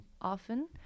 often